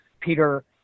Peter